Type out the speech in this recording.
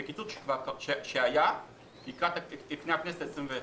זה קיצוץ שהיה לפני הכנסת העשרים ואחת,